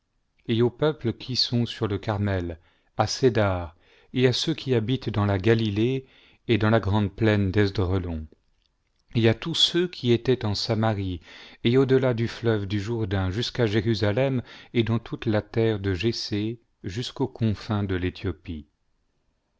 et aux peuples qui sont sur le carmel à cédar et à ceux qui habitent dans la galilée et dans la gi-ande plaine d'est de roland et à tous ceux qui étaient en samarie et au delà du fleuve du jourdain jusqu'à jérusalem et dans toute la terre de jessé jusqu'aux confins de l'ethiopie